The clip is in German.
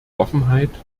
offenheit